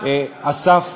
אסף